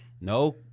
No